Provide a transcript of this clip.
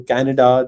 Canada